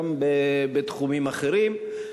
גם בתחומים אחרים.